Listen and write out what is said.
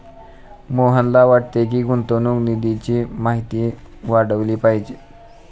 मोहनला वाटते की, गुंतवणूक निधीची माहिती वाढवली पाहिजे